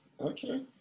okay